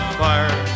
fire